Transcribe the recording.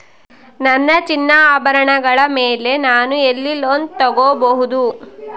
ನನ್ನ ಚಿನ್ನಾಭರಣಗಳ ಮೇಲೆ ನಾನು ಎಲ್ಲಿ ಲೋನ್ ತೊಗೊಬಹುದು?